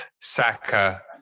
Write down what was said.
Saka